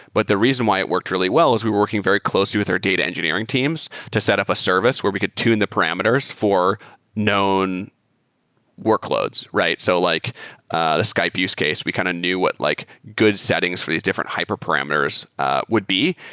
but the reason why it worked really well was we working very closely with our data engineering teams to set up a service where we could tune the parameters for known workloads. so like ah the skype use case, we kind of knew what like good settings for these different hyper parameters would be,